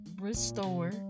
restore